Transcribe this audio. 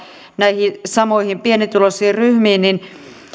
näihin samoihin pienituloisiin ryhmiin